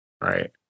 right